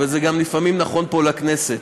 וזה לפעמים נכון גם פה, לכנסת: